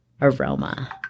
aroma